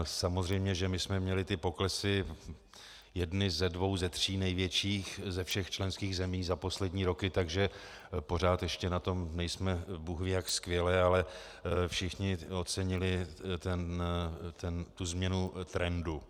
Samozřejmě že jsme měli poklesy jedny ze dvou, ze tří největších ze všech členských zemí za poslední roky, takže pořád ještě na tom nejsme bůhvíjak skvěle, ale všichni ocenili tu změnu trendu.